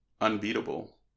unbeatable